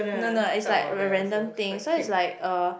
no no it's like a random thing so it's like uh